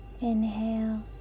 inhale